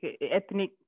ethnic